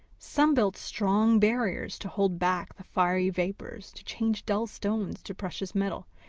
some built strong barriers to hold back the fiery vapours to change dull stones to precious metal,